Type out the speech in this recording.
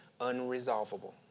unresolvable